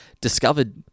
discovered